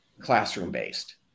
classroom-based